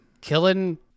Killing